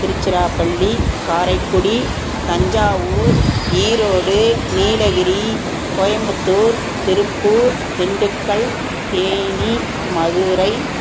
Tiruchirappalli Karaikudi Thanjavur Erode Nilgiri Coimbatore Tiruppur Dindigul Theni Madurai